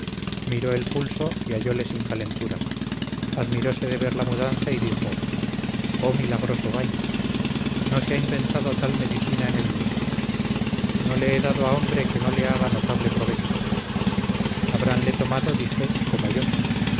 miró el pulso y hallole sin calentura admirose de ver la mudanza y dijo oh milagroso baño no se ha inventado tal medicina en el mundo no le he dado a hombre que no le haga notable provecho habranle tomado dije como yo